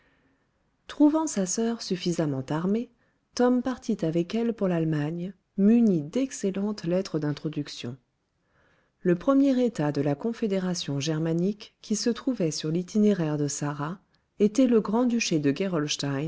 trouvant sa soeur suffisamment armée tom partit avec elle pour l'allemagne muni d'excellentes lettres d'introduction le premier état de la confédération germanique qui se trouvait sur l'itinéraire de sarah était le grand duché de